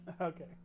Okay